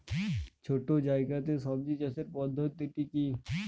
ছোট্ট জায়গাতে সবজি চাষের পদ্ধতিটি কী?